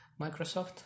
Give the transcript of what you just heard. Microsoft